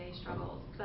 struggles